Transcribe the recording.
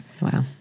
Wow